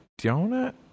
donut